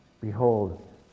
Behold